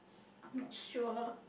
I'm not sure